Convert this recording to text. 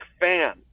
fan